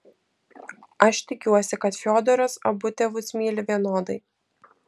aš tikiuosi kad fiodoras abu tėvus myli vienodai